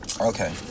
Okay